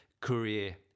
career